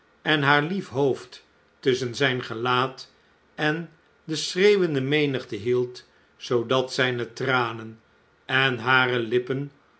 en haar lief hoofd tusschen zijn gelaat en de schreeuwende menigte hield zoodat zflne tranen en hare lippen